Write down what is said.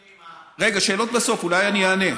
רגע, שאלות בסוף, אולי אני אענה.